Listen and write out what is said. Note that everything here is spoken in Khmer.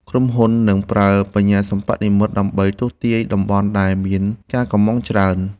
ក្រុមហ៊ុននឹងប្រើ បញ្ញាសិប្បនិម្មិត ដើម្បីទស្សន៍ទាយតំបន់ដែលមានការកុម្ម៉ង់ច្រើន។